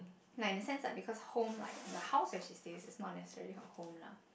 like in a sense because home like the house she that stays is not necessarily her home lah